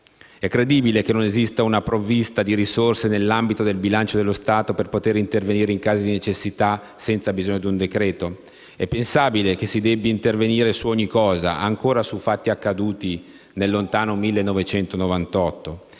È credibile che non esista una provvista di risorse, nell'ambito del bilancio dello Stato, per poter intervenire in casi di necessità, senza bisogno di un decreto-legge? È pensabile che si debba intervenire su ogni cosa e, ancora, su fatti accaduti nel lontano 1998?